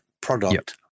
product